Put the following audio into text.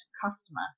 customer